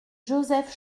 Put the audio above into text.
joseph